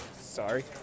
Sorry